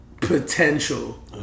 potential